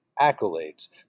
accolades